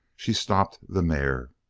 she stopped the mare.